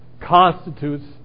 constitutes